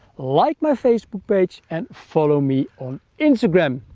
like my facebook page and follow me on instagram.